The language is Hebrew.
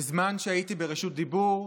בזמן שהייתי ברשות דיבור,